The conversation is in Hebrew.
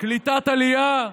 קליטת עלייה.